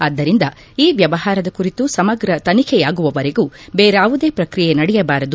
ಆದ್ದರಿಂದ ಈ ವ್ಯವಹಾರದ ಕುರಿತು ಸಮಗ್ರ ತನಿಖೆಯಾಗುವವರೆಗೂ ಬೇರಾವುದೇ ಪ್ರಕ್ರಿಯೆ ನಡೆಯಬಾರದು